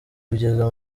kugeza